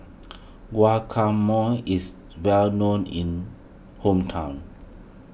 Guacamole is well known in hometown